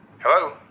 Hello